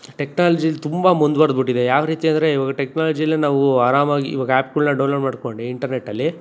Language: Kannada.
ಟೆಕ್ನಾಲಜಿಲಿ ತುಂಬ ಮುಂದ್ವರೆದ್ಬಿಟ್ಟಿದೆ ಯಾವ ರೀತಿ ಅಂದರೆ ಇವಾಗ ಟೆಕ್ನಾಲಜಿಯಲ್ಲಿ ನಾವು ಆರಾಮಾಗಿ ಇವಾಗ ಆ್ಯಪ್ಗಳ್ನ ಡೌನ್ಲೋಡ್ ಮಾಡ್ಕೊಂಡು ಇಂಟರ್ನೆಟ್ಟಲ್ಲಿ